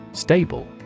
Stable